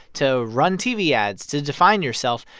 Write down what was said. to run tv ads to define yourself,